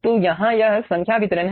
तो यहाँ यह संख्या वितरण है